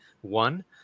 one